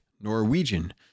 Norwegian